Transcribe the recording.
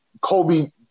Kobe